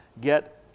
get